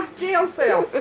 jail cell.